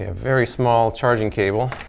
ah very small charging cable.